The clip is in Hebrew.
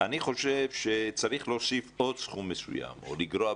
אני חושב שצריך להוסיף עוד סכום מסוים או לגרוע,